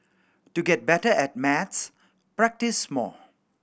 to get better at maths practise more